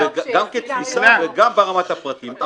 גם כתפיסה וגם ברמת הפרטים.